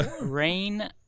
Rain